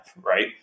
right